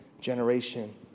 generation